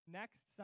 next